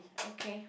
okay